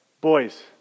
Boys